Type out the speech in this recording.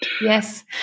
Yes